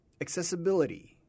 Accessibility